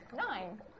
Nine